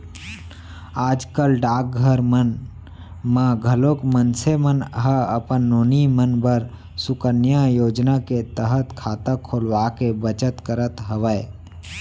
आज कल डाकघर मन म घलोक मनसे मन ह अपन नोनी मन बर सुकन्या योजना के तहत खाता खोलवाके बचत करत हवय